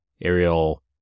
Ariel